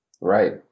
Right